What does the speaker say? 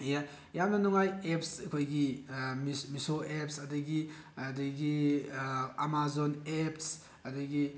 ꯌꯥꯝꯅ ꯅꯨꯡꯉꯥꯏ ꯑꯦꯞꯁ ꯑꯩꯈꯣꯏꯒꯤ ꯃꯤꯁꯣ ꯑꯦꯞꯁ ꯑꯗꯒꯤ ꯑꯗꯒꯤ ꯑꯥꯃꯥꯖꯣꯟ ꯑꯦꯞꯁ ꯑꯗꯒꯤ